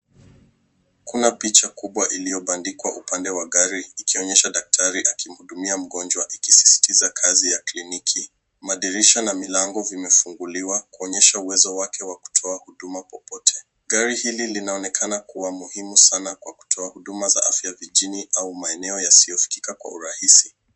Kuna picha kubwa iliyobandikwa upande wa gari ikionyesha daktari akimhudumia mgonjwa ikisisitiza kazi ya kliniki. Madirisha na milango vimefunguliwa kuonyesha uwezo wake wa kutoa huduma popote. Gari hili linaonekana kuwa muhimu sana kwa kutoa huduma za afya vijijini au maeneo yasiyofikika kwa urahisi.